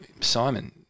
Simon